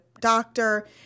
doctor